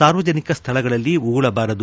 ಸಾರ್ವಜನಿಕ ಸ್ಥಳಗಳಲ್ಲಿ ಉಗುಳಬಾರದು